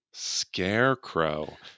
Scarecrow